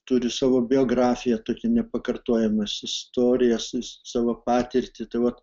turi savo biografiją tokias nepakartojamas istorijas jis savo patirtį tai vat